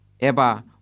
Eba